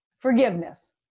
Forgiveness